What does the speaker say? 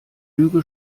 lüge